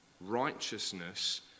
righteousness